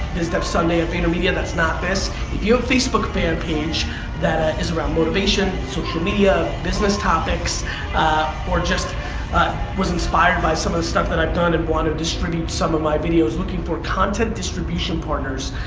bizdevsunday vaynermedia that's not this. if you have facebook fan page that ah is around motivation, social media, business topics or just was inspired by some of the stuff that i've done and wanted distribute some of my videos, looking for content distribution partners.